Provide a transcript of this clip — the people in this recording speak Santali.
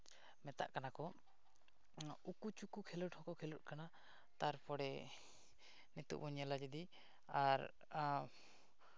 ᱢᱮᱛᱟᱜ ᱠᱟᱱᱟ ᱠᱚ ᱚᱱᱟ ᱩᱠᱩ ᱪᱩᱠᱩ ᱠᱷᱮᱞᱳᱰ ᱦᱚᱸᱠᱚ ᱠᱷᱮᱞᱳᱜ ᱠᱟᱱᱟ ᱛᱟᱨᱯᱚᱨᱮ ᱱᱤᱛᱚᱜ ᱵᱚᱱ ᱧᱮᱞᱟ ᱡᱩᱫᱤ ᱟᱨ